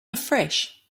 afresh